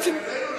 אני פונה לציבור.